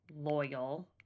loyal